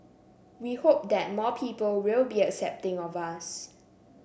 we hope that more people will be accepting of us